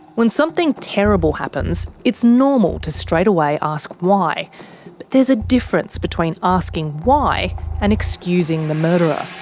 when something terrible happens, it's normal to straightaway ask why. but there's a difference between asking why and excusing the murderer.